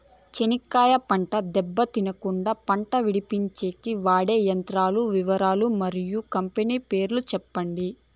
చెనక్కాయ పంట దెబ్బ తినకుండా కుండా పంట విడిపించేకి వాడే యంత్రాల వివరాలు మరియు కంపెనీల పేర్లు చెప్పండి?